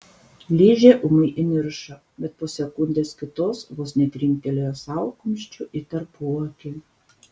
ližė ūmai įniršo bet po sekundės kitos vos netrinktelėjo sau kumščiu į tarpuakį